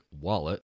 Wallet